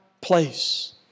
place